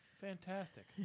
fantastic